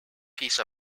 piece